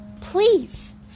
please